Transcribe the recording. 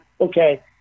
okay